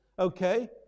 okay